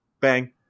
bang